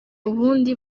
ubundi